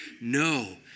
No